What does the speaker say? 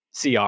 CR